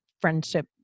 friendship